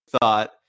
thought